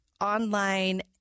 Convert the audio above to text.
online